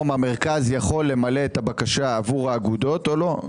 המרכז יכול למלא את הבקשה עבור האגודות או לא.